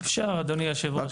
אפשר אדוני יושב הראש,